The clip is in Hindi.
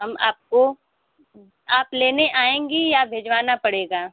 हम आपको आप लेने आएँगी या भिजवाना पड़ेगा